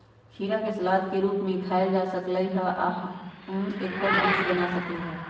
खीरा के सलाद के रूप में खायल जा सकलई ह आ हम एकर जूस बना सकली ह